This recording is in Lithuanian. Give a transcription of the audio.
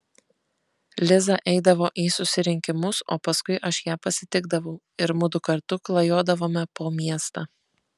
liza eidavo į susirinkimus o paskui aš ją pasitikdavau ir mudu kartu klajodavome po miestą